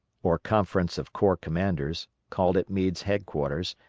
or conference of corps commanders, called at meade's headquarters,